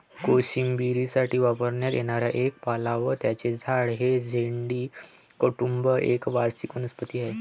कोशिंबिरीसाठी वापरण्यात येणारा एक पाला व त्याचे झाड हे डेझी कुटुंब एक वार्षिक वनस्पती आहे